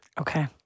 Okay